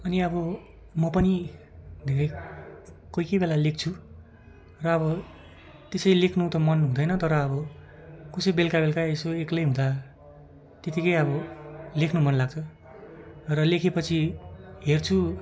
अनि अब म पनि धेरै कोही कोही बेला लेख्छु र अब त्यसै लेख्नु त मन हुँदैन तर अब कुनै बेलुका बेलुका यसो एक्लै हुँदा त्यत्तिकै अब लेख्नु मनलाग्छ र लेखेपछि हेर्छु